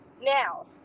Now